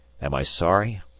am i sorry?